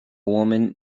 woman